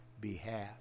behalf